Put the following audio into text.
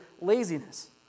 laziness